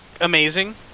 amazing